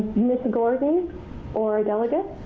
miss gordon or a delegate?